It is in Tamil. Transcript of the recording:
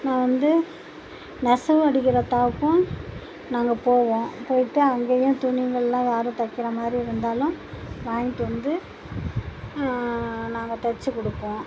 நான் வந்து நெசவு அடிக்கிற தாவுக்கும் நாங்கள் போவோம் போயிட்டு அங்கேயும் துணிங்களெலாம் யாரும் தைக்கின்ற மாதிரி இருந்தாலும் வாங்கிட்டு வந்து நாங்கள் தைச்சிக் கொடுப்போம்